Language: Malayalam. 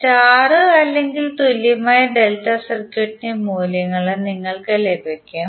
സ്റ്റാർ അല്ലെങ്കിൽ തുല്യമായ ഡെൽറ്റ സർക്യൂട്ടിന്റെ മൂല്യങ്ങൾ നിങ്ങൾക്ക് ലഭിക്കും